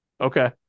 Okay